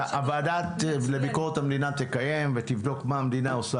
הוועדה לביקורת המדינה תקיים ותבדוק מה המדינה עושה